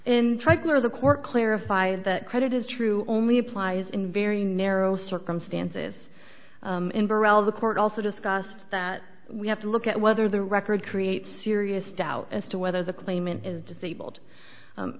clear the court clarify that credit is true only applies in very narrow circumstances inverell the court also discussed that we have to look at whether the record creates serious doubt as to whether the claimant is disabled